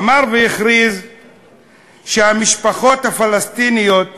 אמר והכריז שהמשפחות הפלסטיניות